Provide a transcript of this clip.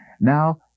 now